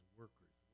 workers